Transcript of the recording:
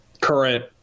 current